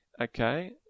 okay